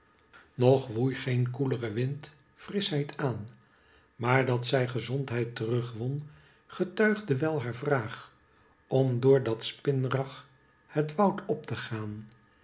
nog woei geen koelere wind frischheid aan maar dat zij gezondheid terugwon getuigde wel haar vraag om door dat spinrag het woud op te gaan